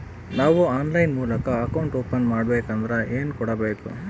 ನಾವು ಆನ್ಲೈನ್ ಮೂಲಕ account open ಮಾಡಬೇಂಕದ್ರ ಏನು ಕೊಡಬೇಕು?